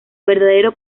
verdadero